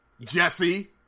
jesse